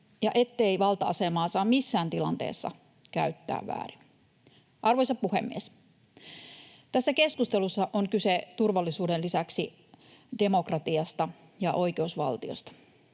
ja ettei valta-asemaa saa missään tilanteessa käyttää väärin. Arvoisa puhemies! Tässä keskustelussa on kyse turvallisuuden lisäksi demokratiasta ja oikeusvaltiosta.